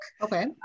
Okay